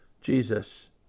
Jesus